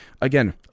Again